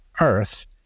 earth